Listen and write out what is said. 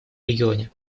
регионе